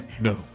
no